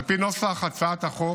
על פי נוסח הצעת החוק